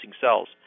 cells